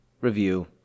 review